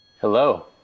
hello